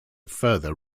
further